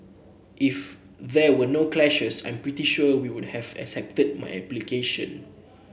if there were no clashes I'm pretty sure we would have accepted my application